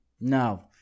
No